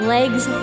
Legs